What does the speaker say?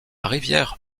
rivière